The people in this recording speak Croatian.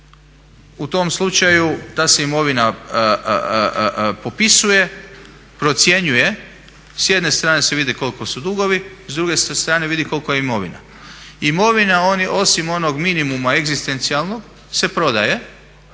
u tom slučaju ta se imovina popisuje, procjenjuje. S jedne strane se vidi koliko su dugovi, s druge se strane vidi kolika je imovina. Imovina osim onog minimuma egzistencijalnog se prodaje